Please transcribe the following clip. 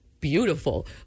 beautiful